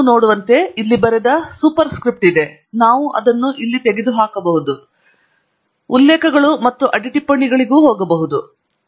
ನೀವು ನೋಡುವಂತೆ ಇಲ್ಲಿ ಬರೆದ ಸೂಪರ್ ಸ್ಕ್ರಿಪ್ಟ್ ಇದೆ ನಾವು ಅದನ್ನು ಇಲ್ಲಿ ತೆಗೆದುಹಾಕಿ ಸರಿ ಎಂದು ಹೇಳಿ ಉಲ್ಲೇಖಗಳು ಮತ್ತು ಅಡಿಟಿಪ್ಪಣಿಗಳಿಗೆ ಹೋಗುತ್ತೇವೆ